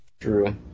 True